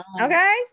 Okay